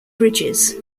bridges